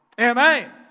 Amen